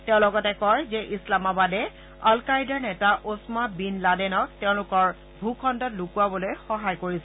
তেওঁ লগতে কয় যে ইছলামাবাদে আলকায়দাৰ নেতা ওছমা বিন লাডেনক তেওঁলোকৰ ভূখণ্ডত লুকুৱাবলৈ সহায় কৰিছিল